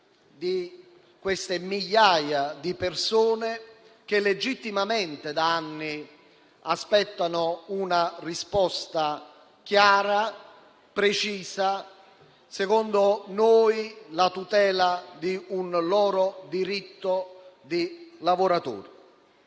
delle migliaia di persone che, legittimamente, da anni aspettano una risposta chiara, precisa e - secondo noi - la tutela di un loro diritto di lavoratori.